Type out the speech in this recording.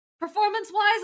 performance-wise